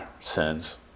sins